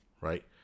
right